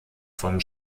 vom